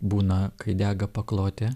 būna kai dega paklotė